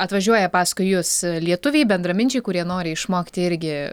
atvažiuoja paskui jus lietuviai bendraminčiai kurie nori išmokti irgi